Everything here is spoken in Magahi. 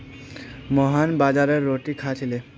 मोहन बाजरार रोटी खा छिले